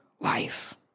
life